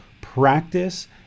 practice